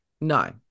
No